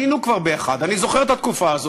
היינו כבר באחד, אני זוכר את התקופה הזאת.